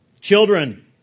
Children